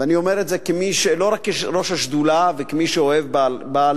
ואני אומר את זה לא רק כראש השדולה וכמי שאוהב בעלי-חיים,